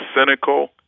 cynical